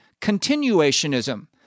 continuationism